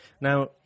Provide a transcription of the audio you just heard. Now